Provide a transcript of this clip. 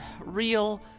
real